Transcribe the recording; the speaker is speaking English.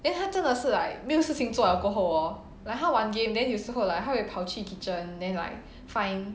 then 他真的是 like 没有事情了过后 hor like 他玩 game then 有时候 like 他会跑去 kitchen then like find